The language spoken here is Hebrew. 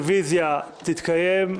מבקשים רביזיה על